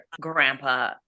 grandpa